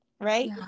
Right